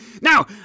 Now